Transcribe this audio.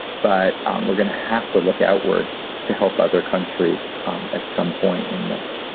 but um we're gonna have to look outward to help other countries at some point in this